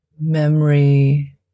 memory